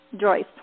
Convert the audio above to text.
Joyce